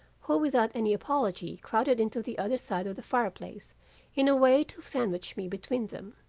who without any apology crowded into the other side of the fire-place in a way to sandwich me between them.